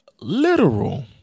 literal